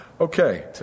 Okay